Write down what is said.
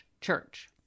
church